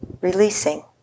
releasing